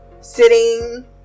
sitting